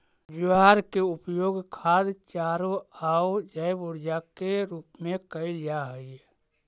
ज्वार के उपयोग खाद्य चारों आउ जैव ऊर्जा के रूप में कयल जा हई